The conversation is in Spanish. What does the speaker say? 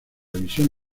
visión